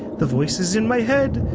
the voices in my head.